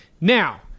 Now